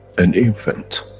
an infant,